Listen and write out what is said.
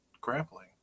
grappling